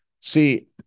See